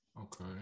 okay